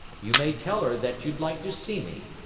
you may tell her that you'd like to see me.